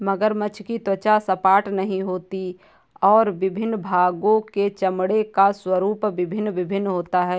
मगरमच्छ की त्वचा सपाट नहीं होती और विभिन्न भागों के चमड़े का स्वरूप भिन्न भिन्न होता है